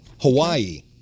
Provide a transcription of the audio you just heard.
hawaii